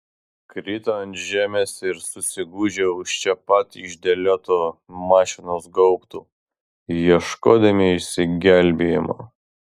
krito ant žemės ir susigūžė už čia pat išdėliotų mašinos gaubtų ieškodami išsigelbėjimo